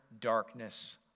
darkness